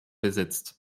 besitzt